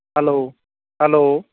hello hello